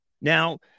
now